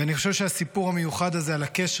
ואני חושב שהסיפור המיוחד הזה על הקשר